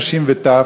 נשים וטף,